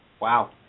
Wow